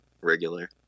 regular